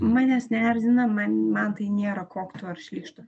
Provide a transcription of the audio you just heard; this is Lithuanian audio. manęs neerzina man man tai nėra koktu ar šlykštu